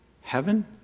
heaven